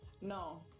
No